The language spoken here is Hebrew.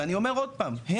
ואני אומר עוד פעם,